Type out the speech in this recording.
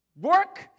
work